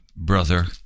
brother